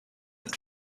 and